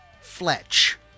Fletch